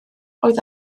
oedd